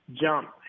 Jump